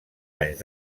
anys